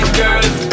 girls